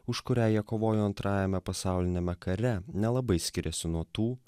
už kurią jie kovojo antrajame pasauliniame kare nelabai skiriasi nuo tų